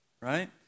right